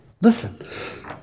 Listen